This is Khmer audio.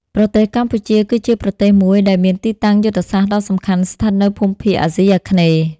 ប្រទេសកម្ពុជា គឺជាប្រទេសមួយដែលមានទីតាំងយុទ្ធសាស្ត្រដ៏សំខាន់ស្ថិតនៅភូមិភាគអាស៊ីអាគ្នេយ៍។